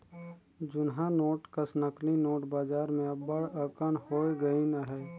जुनहा नोट कस नकली नोट बजार में अब्बड़ अकन होए गइन अहें